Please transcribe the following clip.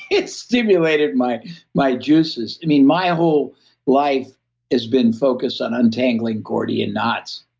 it stimulated my my juices. i mean, my whole life has been focused on untangling gordian knots.